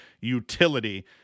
utility